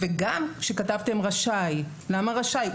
גם כתבתם רשאי, למה רשאי?